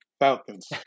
Falcons